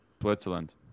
Switzerland